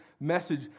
message